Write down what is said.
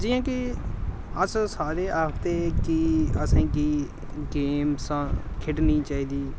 जि'यां कि अस सारे आखदे कि असें गी गेम्सां खेढनी चाहिदी